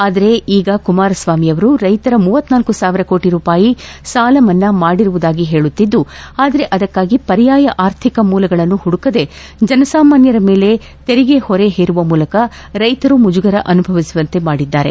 ಆದರೆ ಈಗ ಕುಮಾರಸ್ವಾಮಿಯ ವರು ರೈತರ ಮೂವತ್ನಾಲ್ಕು ಸಾವಿರ ಕೋಟಿ ರೂಪಾಯಿ ಸಾಲಮನ್ನಾ ಮಾಡಿರುವು ದಾಗಿಹೇಳುತ್ತಿದ್ದು ಆದರೆ ಅದಕ್ಕಾಗಿ ಪರ್ಯಾಯ ಅರ್ಥಿಕ ಮೂಲಗಳನ್ನು ಹುದುಕದೆ ಜನಸಾಮಾನ್ಯರ ಮೇಲೆ ತೆರಿಗೆ ಹೊರೆ ಹೇರುವ ಮೂಲಕ ರೈತರು ಮುಜುಗರ ಅನುಭವಿಸುವಂತೆ ಮಾಡಿದ್ದಾರೆ